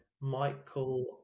Michael